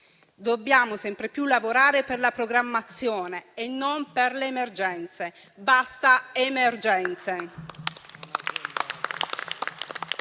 lavorare sempre più per la programmazione e non per le emergenze. Basta emergenze.